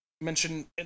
mention